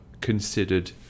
considered